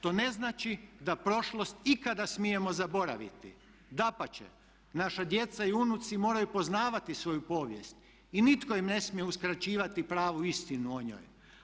To ne znači da prošlost ikada smijemo zaboraviti, dapače, naša djeca i unuci moraju poznavati svoju povijest i nitko im ne smije uskraćivati pravu istinu o njoj.